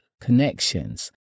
connections